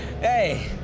hey